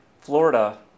Florida